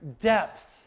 depth